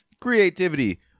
creativity